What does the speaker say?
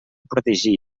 protegir